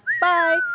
bye